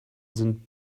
sind